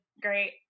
great